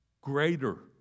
Greater